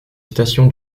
station